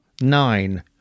nine